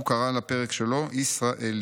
הוא קרא לפרק שלו "ישראליות".